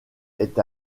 est